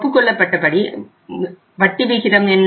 ஒப்புக்கொள்ளப்பட்ட வட்டி விகிதம் என்ன